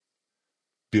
ביוגרפיה